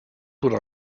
would